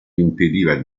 impediva